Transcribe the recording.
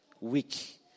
weak